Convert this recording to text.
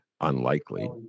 unlikely